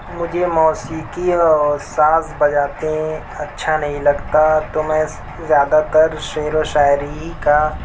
مجھے موسیقی اور ساز بجاتے اچھا نہیں لگتا تو میں زیادہ تر شعر و شاعری ہی کا